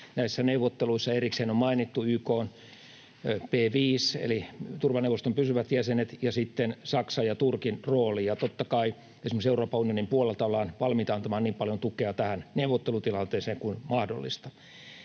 näissä neuvotteluissa. Erikseen on mainittu YK:n P5 eli turvaneuvoston pysyvät jäsenet ja sitten Saksan ja Turkin rooli, ja totta kai esimerkiksi Euroopan unionin puolelta ollaan valmiita antamaan niin paljon tukea tähän neuvottelutilanteeseen kuin mahdollista.